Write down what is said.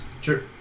sure